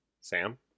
Sam